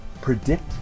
predict